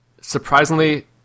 surprisingly